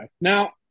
Now